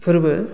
फोरबो